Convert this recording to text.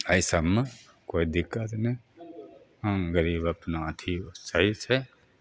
अइ सबमे कोइ दिक्कत नहि हम गरीब अपना अथी सहीसँ